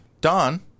Don